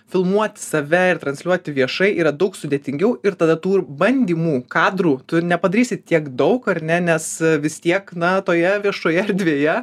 filmuoti save ir transliuoti viešai yra daug sudėtingiau ir tada tų bandymų kadrų tu nepadarysi tiek daug ar ne nes vis tiek na toje viešoje erdvėje